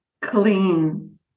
clean